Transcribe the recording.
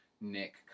Nick